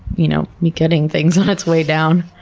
you know, be cutting things on its way down.